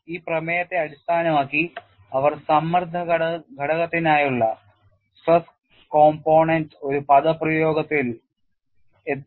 ഈ പ്രമേയത്തെ അടിസ്ഥാനമാക്കി അവർ സമ്മർദ്ദ ഘടകത്തിനായുള്ള ഒരു പദപ്രയോഗത്തിൽ എത്തി